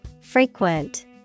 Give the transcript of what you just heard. Frequent